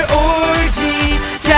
orgy